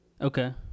Okay